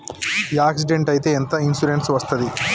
Accident అయితే ఎంత insurance వస్తది?